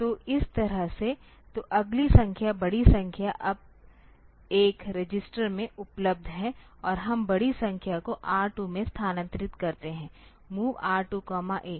तो इस तरह से तो अगली संख्या बड़ी संख्या अब एक रजिस्टर में उपलब्ध है और हम बड़ी संख्या को R 2 में स्थानांतरित करते हैं MOV R2 A